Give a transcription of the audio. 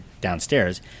downstairs